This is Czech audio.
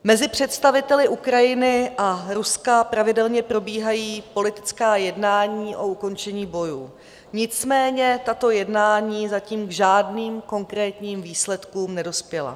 Mezi představiteli Ukrajiny a Ruska pravidelně probíhají politická jednání o ukončení bojů, nicméně tato jednání zatím k žádným konkrétním výsledkům nedospěla.